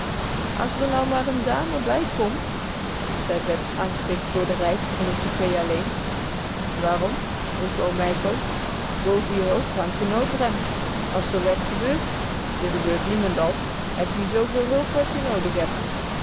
as d'r nou maar n dame bijkomt zei bets angstig voor de reis in n coupé alleen waarom vroeg oom mijkel boven je hoofd hangt de noodrem as d'r wat gebeurt d'r gebeurt niemendal heb ie zooveel hulp als je noodig heb